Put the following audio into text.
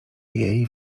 jej